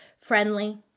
friendly